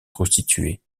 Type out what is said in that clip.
prostituée